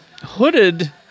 hooded